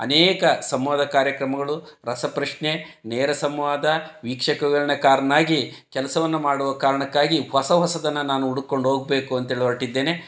ಅನೇಕ ಸಂವಾದ ಕಾರ್ಯಕ್ರಮಗಳು ರಸ ಪ್ರಶ್ನೆ ನೇರ ಸಂವಾದ ವೀಕ್ಷಕ ವಿವರಣೆಕಾರನಾಗಿ ಕೆಲಸವನ್ನು ಮಾಡುವ ಕಾರಣಕ್ಕಾಗಿ ಹೊಸ ಹೊಸದನ್ನ ನಾನು ಹುಡುಕೊಂಡು ಹೋಗ್ಬೇಕು ಅಂತೇಳಿ ಹೊರಟಿದ್ದೇನೆ